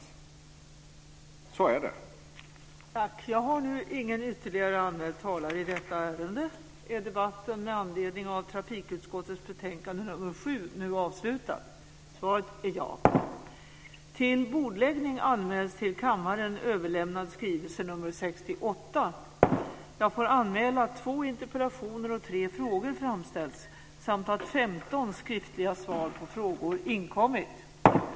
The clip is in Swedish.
Så är det.